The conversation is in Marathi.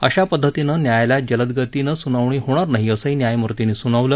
अशा पद्धतीनं न्यायालयात जलदगतीनं सुनावणी होणार नाही असंही न्यायमूर्तींनी सुनावलं